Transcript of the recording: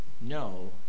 no